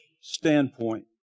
standpoint